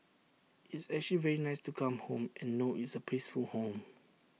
it's actually very nice to come home and know it's A peaceful home